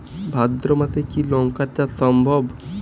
ভাদ্র মাসে কি লঙ্কা চাষ সম্ভব?